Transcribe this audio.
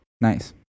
Nice